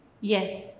Yes